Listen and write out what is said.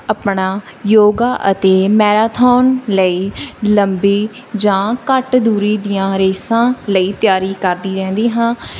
ਆਪਣਾ ਯੋਗਾ ਅਤੇ ਮੈਰਾਥੋਨ ਲਈ ਲੰਬੀ ਜਾਂ ਘੱਟ ਦੂਰੀ ਦੀਆਂ ਰੇਸਾਂ ਲਈ ਤਿਆਰੀ ਕਰਦੀ ਰਹਿੰਦੀ ਹਾਂ